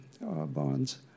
bonds